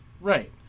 right